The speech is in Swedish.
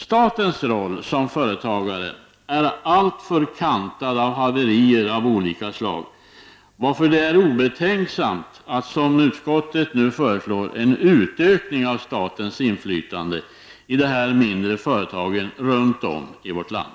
Statens roll som företagare är alltför kantad av haverier av olika slag, varför det är obetänksamt att, som utskottet nu föreslår, utöka statens inflytande i dessa mindre företag runt om i vårt land.